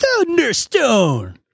Thunderstone